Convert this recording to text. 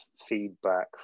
feedback